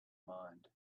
mind